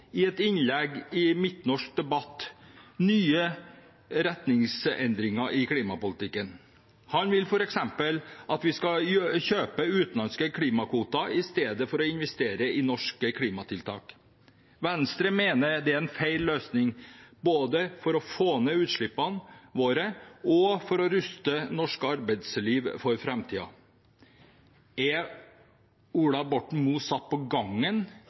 i et innlegg i Midtnorsk debatt nye retningsendringer i klimapolitikken. Han vil f.eks. at vi skal kjøpe utenlandske klimakvoter i stedet for å investere i norske klimatiltak. Venstre mener det er en feil løsning både for å få ned utslippene våre og for å ruste norsk arbeidsliv for framtiden. Er Ola Borten Moe satt på gangen